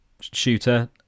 shooter